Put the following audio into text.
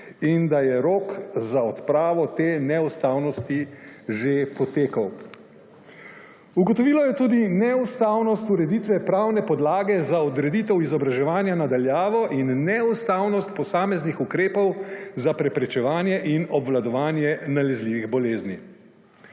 in da je rok za odpravo te neustavnosti že potekel. Ugotovilo je tudi neustavnost ureditve pravne podlage za odreditev izobraževanja na daljavo in neustavnost posameznih ukrepov za preprečevanje in obvladovanje nalezljivih bolezni.